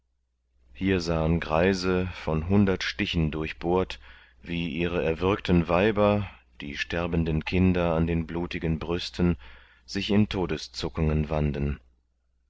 hier sahen greise von hundert stichen durchbohrt wie ihre erwürgten weiber die sterbenden kinder an den blutigen brüsten sich in todeszuckungen wanden